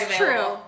true